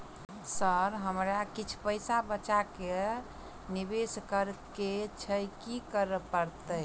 Sir हमरा किछ पैसा बचा कऽ निवेश करऽ केँ छैय की करऽ परतै?